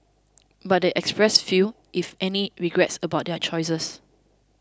but they expressed few if any regrets about their choices